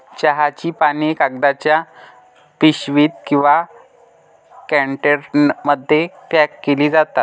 चहाची पाने कागदाच्या पिशवीत किंवा कंटेनरमध्ये पॅक केली जातात